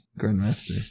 Grandmaster